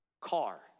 car